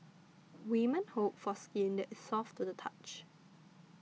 women hope for skin that is soft to the touch